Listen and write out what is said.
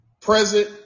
present